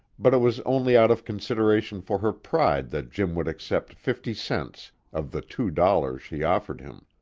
but it was only out of consideration for her pride that jim would accept fifty cents of the two dollars she offered him.